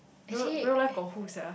real real life got who sia